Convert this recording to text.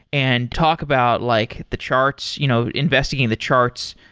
and talk about like the charts, you know investigating the charts,